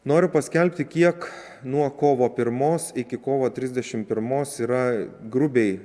noriu paskelbti kiek nuo kovo pirmos iki kovo trisdešimt pirmos yra grubiai